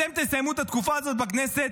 אתם תסיימו את התקופה הזאת בכנסת,